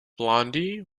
blondie